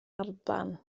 alban